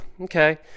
okay